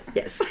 yes